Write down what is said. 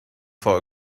for